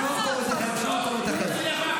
מותר לנו ללבוש --- שבו במקומותיכם.